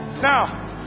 Now